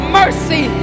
mercy